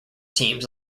teams